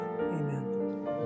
amen